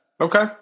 Okay